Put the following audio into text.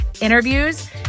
interviews